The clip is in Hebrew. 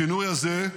השינוי הזה,